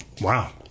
Wow